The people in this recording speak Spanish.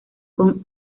con